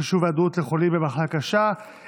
חישוב היעדרות לחולים במחלה קשה).